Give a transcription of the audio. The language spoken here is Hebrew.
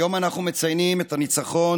היום אנחנו מציינים את הניצחון,